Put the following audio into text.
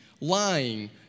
lying